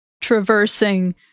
traversing